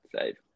Save